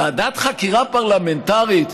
ועדת חקירה פרלמנטרית,